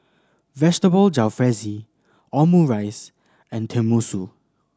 Vegetable Jalfrezi Omurice and Tenmusu